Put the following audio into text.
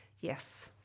Yes